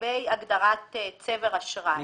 לגבי הגדרת צבר אשראי.